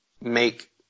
make